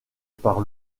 par